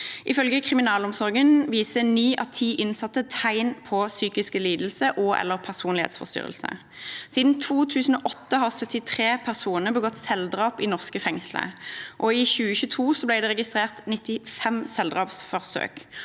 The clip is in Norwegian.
Ifølge Kriminalomsorgen viser ni av ti innsatte tegn på psykiske lidelser og/eller personlighetsforstyrrelser. Siden 2008 har 73 personer begått selvdrap i norske fengsler. I 2022 ble det registrert 95 selvdrapsforsøk.